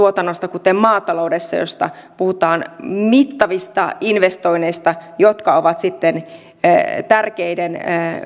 kuten maataloudesta jossa puhutaan mittavista investoinneista jotka ovat tärkeiden